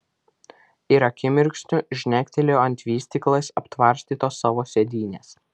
ir akimirksniu žnektelėjo ant vystyklais aptvarstytos savo sėdynės